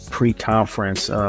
pre-conference